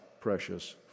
precious